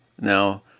now